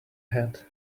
head